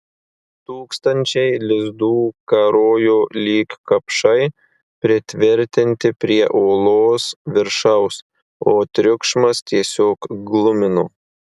tūkstančiai lizdų karojo lyg kapšai pritvirtinti prie olos viršaus o triukšmas tiesiog glumino